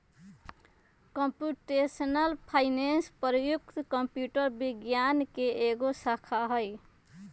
computational finance प्रयुक्त computer विज्ञान के एगो शाखा हइ